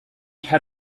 had